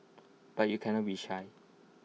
but you cannot be shy